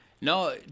No